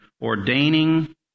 ordaining